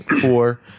four